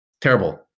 terrible